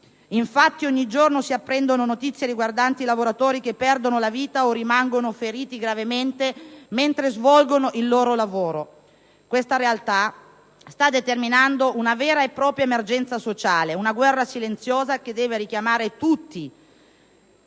Infatti, ogni giorno si apprendono notizie riguardanti lavoratori che perdono la vita o rimangono feriti gravemente mentre svolgono il loro lavoro. Questa realtà sta determinando una vera e propria emergenza sociale, una guerra silenziosa, che deve richiamare tutti, e le